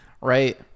Right